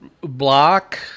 block